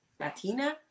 Latina